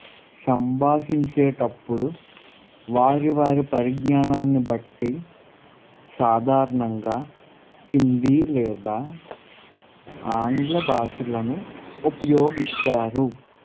సంభాషించేటప్పుడు వారి వారి పరిజ్ఞానాన్ని బట్టి సాధారణంగా హిందీ లేదా ఆంగ్ల భాషలను ఉపయోగిస్తారు